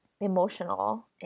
emotional